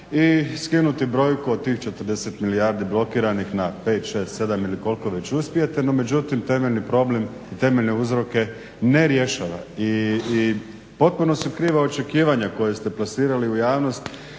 i skinuti brojku od tih 40 milijardi blokiran na 5, 6, 7 ili koliko već uspijete, no međutim temeljni problem i temeljne uzroke ne rješava. I potpuno su kriva očekivanja koja ste plasirali u javnost…